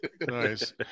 Nice